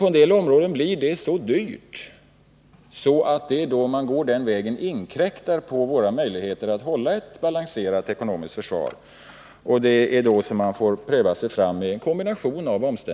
På en del områden blir det emellertid så dyrt att man, om man går den vägen, inkräktar på våra möjligheter att ha ett balanserat ekonomiskt försvar. Det är då som man får pröva sig fram med en kombination.